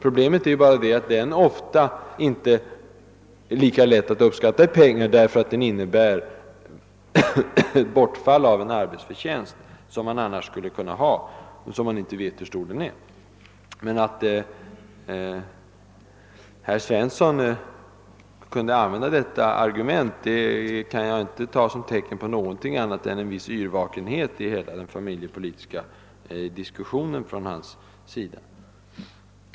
Problemet är bara att vården inte är lika lätt att uppskatta i pengar därför att den ofta medför bortfall av en arbetsinkomst, om vilken man inte vet hur stor den skulle kunna vara. Att herr Svensson kunde använda detta argument kan inte jag ta som tecken på någonting annat än en viss yrvakenhet hos honom när det gäller hela den familjepolitiska diskussionen.